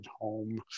home